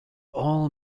all